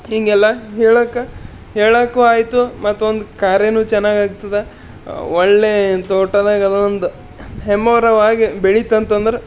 ಹೀಗೆಲ್ಲ ಹೇಳೋಕೆ ಹೇಳೋಕು ಆಯಿತು ಮತ್ತೊಂದು ಕಾರ್ಯವೂ ಚೆನ್ನಾಗಿ ಆಗ್ತದ ಒಳ್ಳೆ ತೋಟದಾಗ ಅದು ಒಂದು ಹೆಮ್ಮೆರವಾಗಿ ಬೆಳೀತಂತಂದ್ರೆ